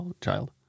child